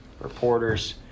reporters